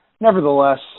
Nevertheless